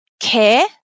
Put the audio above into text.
care